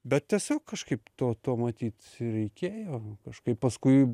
bet tiesiog kažkaip to to matyt reikėjo kažkaip paskui